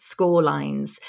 scorelines